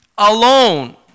alone